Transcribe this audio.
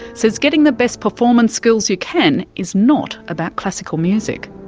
says getting the best performance skills you can is not about classical music.